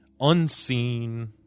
unseen